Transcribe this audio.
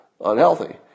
unhealthy